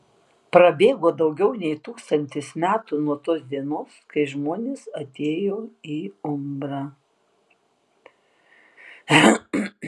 prabėgo daugiau nei tūkstantis metų nuo tos dienos kai žmonės atėjo į umbrą